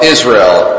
Israel